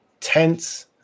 tense